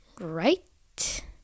right